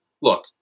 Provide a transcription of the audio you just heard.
Look